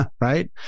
right